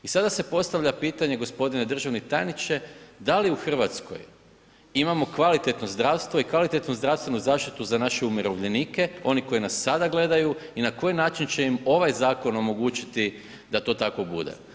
I sada se postavlja pitanje gospodine državni tajniče, da li u Hrvatskoj imamo kvalitetno zdravstvo i kvalitetnu zdravstvenu zaštitu za naše umirovljenike, oni koji nas sada gledaju i na koji način će im ovaj zakon omogućiti da to tako bude.